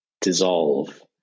dissolve